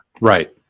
Right